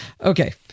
Okay